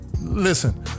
listen